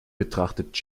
betrachtet